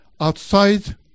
outside